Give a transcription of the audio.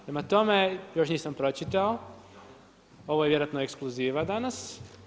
Prema tome, još nisam pročitao, ovo je vjerojatno ekskluziva danas.